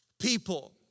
people